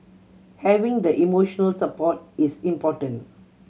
having the emotional support is important